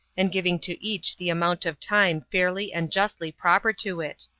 and giving to each the amount of time fairly and justly proper to it.